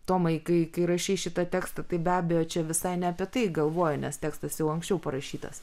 tomai kai kai rašei šitą tekstą tai be abejo čia visai ne apie tai galvojai nes tekstas jau anksčiau parašytas